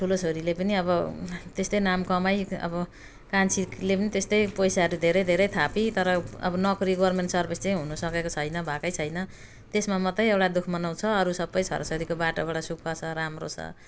ठुलो छोरीले पनि अब त्यस्तै नाम कमाई अब कान्छीले पनि त्यस्तै पैसाहरू धेरै धेरै थापी तर अब नोकरी गोभर्मेन्ट सर्भिस चाहिँ हुनसकेको छैन भएकै छैन त्यसमा मात्रै एउटा दुःख मनाउ छ अरू सबै छोरछोरीको बाटोबाट सुख छ राम्रो छ